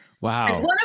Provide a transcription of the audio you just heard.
Wow